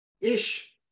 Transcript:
ish